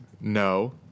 No